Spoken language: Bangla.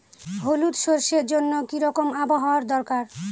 হলুদ সরষে জন্য কি রকম আবহাওয়ার দরকার?